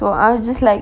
so I'll just like